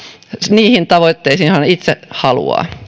niihin tavoitteisiin joihin hän itse haluaa